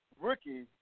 rookie